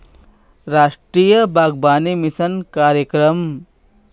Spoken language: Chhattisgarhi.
रास्टीय बागबानी मिसन कार्यकरम